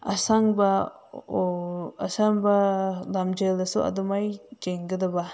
ꯑꯁꯥꯡꯕ ꯑꯁꯥꯡꯕ ꯂꯝꯖꯦꯜꯗꯁꯨ ꯑꯗꯨꯃꯥꯏꯅ ꯆꯦꯟꯒꯗꯕ